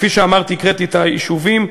כפי שאמרתי, הקראתי את שמות היישובים.